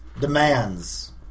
demands